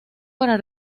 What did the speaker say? para